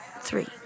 three